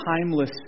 timeless